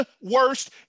worst